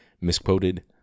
misquoted